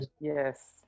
Yes